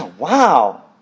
Wow